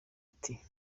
ati